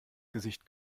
gesicht